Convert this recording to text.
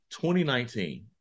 2019